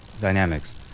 Dynamics